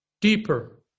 deeper